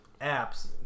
apps